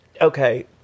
okay